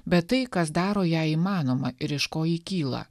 bet tai kas daro ją įmanoma ir iš ko ji kyla